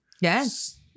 yes